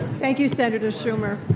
thank you, senator schumer.